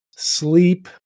sleep